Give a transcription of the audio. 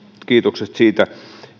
kiitokset siitä